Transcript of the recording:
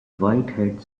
whitehead